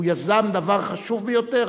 הוא יזם דבר חשוב ביותר,